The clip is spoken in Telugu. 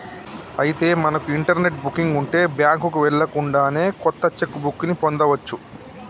అయితే మనకు ఇంటర్నెట్ బుకింగ్ ఉంటే బ్యాంకుకు వెళ్ళకుండానే కొత్త చెక్ బుక్ ని పొందవచ్చు